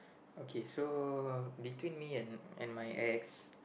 okay so between me and and my ex